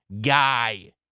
guy